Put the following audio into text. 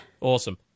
Awesome